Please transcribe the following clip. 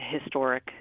historic